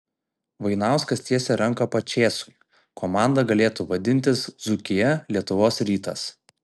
vainauskas tiesia ranką pačėsui komanda galėtų vadintis dzūkija lietuvos rytas